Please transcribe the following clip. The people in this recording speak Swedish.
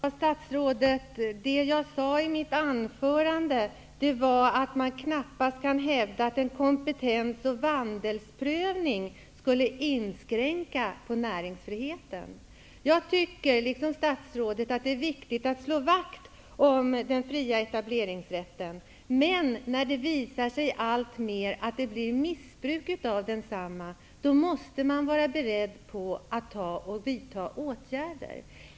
Herr talman! Det jag sade i mitt anförande var att man knappast kan hävda att en kompetens och vandelsprövning skulle inskränka näringsfriheten. Jag anser liksom statsrådet att det är viktigt att slå vakt om den fria etableringsrätten. Men när det alltmer visar sig att det sker missbruk av densamma måste man vara beredd på att vidta åtgärder.